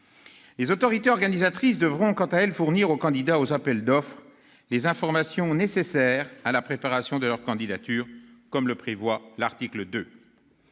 Les autorités organisatrices devront, quant à elles, fournir aux candidats aux appels d'offres les informations nécessaires à la préparation de leur candidature, comme le prévoit l'article 2.